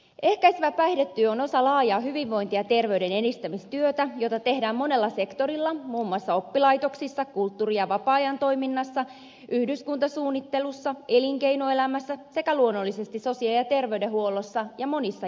ehkäisevä päihdetyö on osa laajaa hyvinvointia ja terveyden edistämistyötä jota tehdään monella sektorilla muun muassa oppilaitoksissa kulttuuri ja vapaa ajan toiminnassa yhdyskuntasuunnittelussa elinkeinoelämässä sekä luonnollisesti sosiaali ja terveydenhuollossa ja monissa järjestöissä